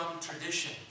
tradition